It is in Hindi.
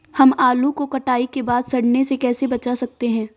हम आलू को कटाई के बाद सड़ने से कैसे बचा सकते हैं?